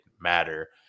matter